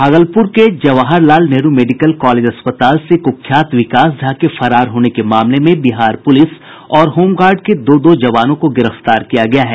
भागलपुर के Jawahar Lal Nehru medical college अस्पताल से कुख्यात विकास झा के फरार होने के मामले में बिहार पुलिस और होमगार्ड के दो दो जवानों को गिरफ्तार किया गया है